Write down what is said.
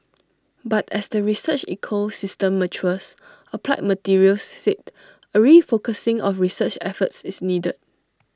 but as the research ecosystem matures applied materials said A refocusing of research efforts is needed